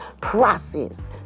Process